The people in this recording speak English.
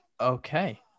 Okay